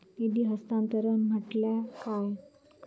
निधी हस्तांतरण म्हटल्या काय?